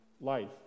life